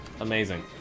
Amazing